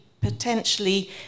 potentially